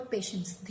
Patients